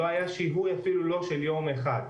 לא היה שיהוי אפילו של יום אחד.